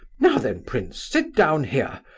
now then, prince, sit down here,